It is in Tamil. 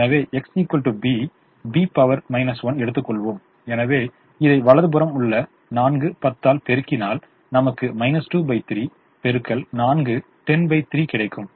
எனவே X B B 1 எடுத்துக்கொள்வோம் எனவே இதை வலது புறம் உள்ள 4 10 ஆல் பெருகினால் நமக்கு 2 3 x 4 103 கிடைக்கும்